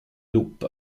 loop